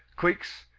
cliques,